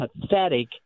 pathetic